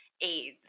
aids